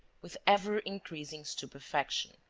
with ever-increasing stupefaction